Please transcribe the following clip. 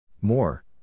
More